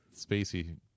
Spacey